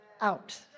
out